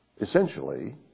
essentially